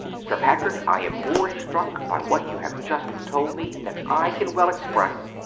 sir patrick i am more struck by what you have just told me than i can well express.